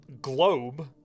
globe